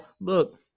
look